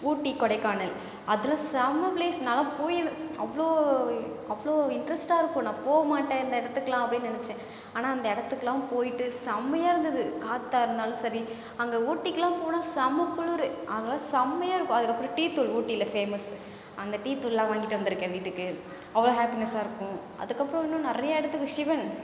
ஊட்டி கொடைக்கானல் அதுலாம் செம்ம ப்ளேஸ் நான் லாம் போய் அவ்வளோ அவ்வளோ இன்ட்ரஸ்ட்டாக இருக்கும் நான் போகமாட்டேன் இந்த இடத்துக்கெல்லாம் அப்படின்னு நினச்சேன் ஆனால் அந்த இடத்துக்கெல்லாம் போய்ட்டு செம்மயா இருந்தது காற்றா இருந்தாலும் சரி அங்கே ஊட்டிக்கெல்லாம் போனால் செம்ம குளிரு அங்கெலாம் செம்மயா இருக்கும் அதுக்கப்புறம் டீத்தூள் ஊட்டியில ஃபேமஸ் அந்த டீத்தூள்லாம் வாங்கிட்டு வந்திருக்கேன் வீட்டுக்கு அவ்வளோ ஹாப்பினஸ்ஸாக இருக்கும் அதுக்கப்புறம் இன்னும் நிறையா இடத்துக்கு சிவன்